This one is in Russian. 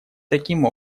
таким